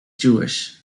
jewish